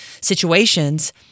situations